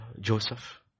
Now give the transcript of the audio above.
Joseph